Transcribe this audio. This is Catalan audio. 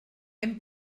hem